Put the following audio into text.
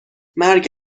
مرگ